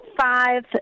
five